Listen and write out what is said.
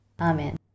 Amen